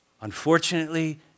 Unfortunately